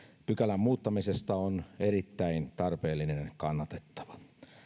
pykälän muuttamisesta on erittäin tarpeellinen ja kannatettava